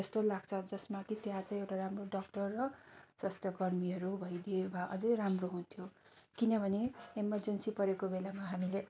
जस्तो लाग्छ जसमा कि त्यहाँ चाहिँ एउटा राम्रो डक्टर र स्वास्थ्य कर्मीहरू भइदिए भए अझै राम्रो हुन्थ्यो किनभने इमरजेन्सी परेको बेलामा हामीले